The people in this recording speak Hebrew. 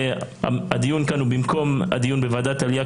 הדיון כאן הוא במקום הדיון בוועדת העלייה,